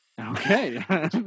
Okay